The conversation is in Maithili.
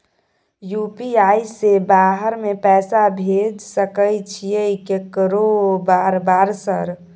यु.पी.आई से बाहर में पैसा भेज सकय छीयै केकरो बार बार सर?